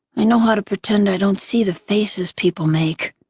i know how to pretend i don't see the faces people make.